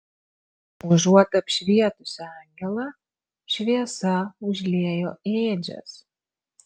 užuot apšvietusi angelą šviesa užliejo ėdžias